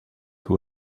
who